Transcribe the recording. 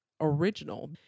original